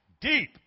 deep